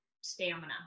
stamina